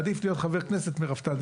עדיף להיות חבר כנסת מרפתן.